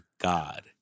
god